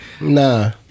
Nah